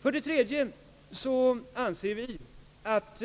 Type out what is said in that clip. För det tredje anser vi, att